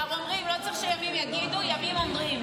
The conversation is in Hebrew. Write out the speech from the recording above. הם כבר אומרים, לא צריך שימים יגידו, ימים אומרים.